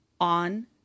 On